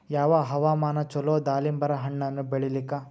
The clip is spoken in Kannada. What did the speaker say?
ಯಾವ ಹವಾಮಾನ ಚಲೋ ದಾಲಿಂಬರ ಹಣ್ಣನ್ನ ಬೆಳಿಲಿಕ?